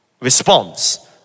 response